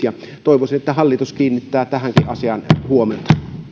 ja toivoisin että hallitus kiinnittää tähänkin asiaan huomiota